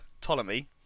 Ptolemy